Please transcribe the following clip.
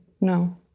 No